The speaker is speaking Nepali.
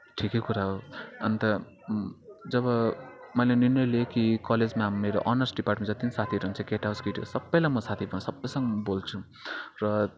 ठिकै कुरा हो अन्त जब मैले निर्णय लिएँ कि कलेजमा मेरो अनर्स डिपार्टमेन्टमा जति पनि साथीहरू हुनुहुन्छ केटा होस् केटी होस् सबैलाई म साथी बनाउँछु सबैसँग म बोल्छु र